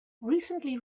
recently